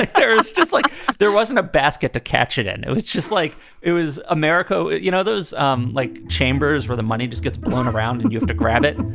like just just like there wasn't a basket to catch it and it was just like it was america. you know, those um like chambers where the money just gets blown around and you have to grab it.